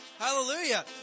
Hallelujah